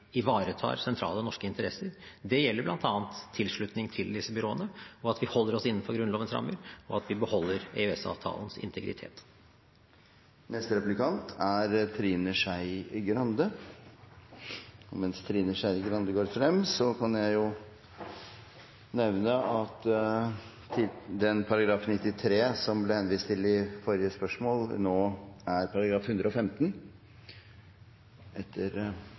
ivaretar sentrale norske interesser, det gjelder bl.a. tilslutning til disse byråene, at vi holder oss innenfor Grunnlovens rammer, og at vi beholder EØS-avtalens integritet. Neste replikant er representanten Trine Skei Grande. Mens Trine Skei Grande går frem, kan presidenten nevne at § 93, som det ble henvist til i forrige replikk, nå er § 115, etter